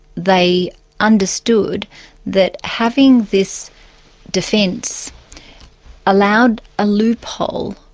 they understood that having this defence allowed a loophole,